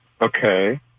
Okay